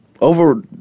over